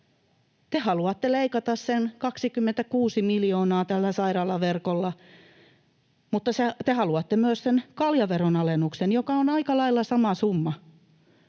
Te haluatte leikata sen 26 miljoonaa tällä sairaalaverkolla, mutta te haluatte myös sen kaljaveron alennuksen, joka on aika lailla sama summa.